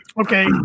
okay